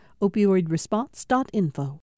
Opioidresponse.info